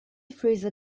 freezer